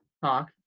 talk